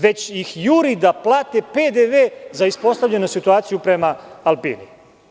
Juri ih da plate PDV za ispostavljenu situaciju prema „Alpini“